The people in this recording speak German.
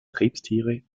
krebstiere